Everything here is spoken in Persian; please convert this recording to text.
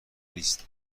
نیست